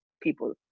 people